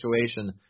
situation